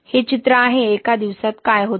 हे चित्र आहे एका दिवसात काय होते